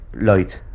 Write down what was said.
light